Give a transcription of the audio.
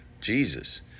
Jesus